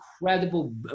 incredible